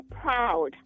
proud